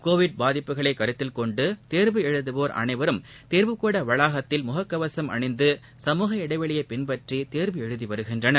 Covid பாதிப்புகளைகருத்தில் கொண்டுதேர்வு எழுதுவோர் அனைவரும் தேர்வுக்கூடவளாகத்தில் முகக்கவசம் அணிந்து சமூக இடைவெளியைப் பின்பற்றிதேர்வு எழுதிவருகின்றனர்